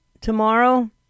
tomorrow